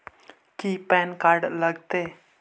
की PAN card लग तै?